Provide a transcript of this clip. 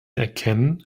erkennen